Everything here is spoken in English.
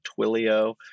Twilio